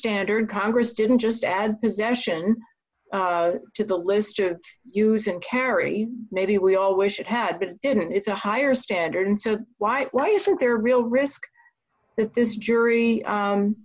standard congress didn't just add possession to the list to use in carry maybe we all wish it had been in it's a higher standard so why why isn't there a real risk that this jury